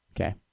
okay